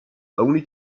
only